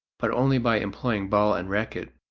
but only by employing ball and racket,